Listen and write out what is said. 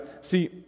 See